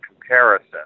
comparison